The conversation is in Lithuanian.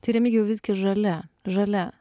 tai remigijau visgi žalia žalia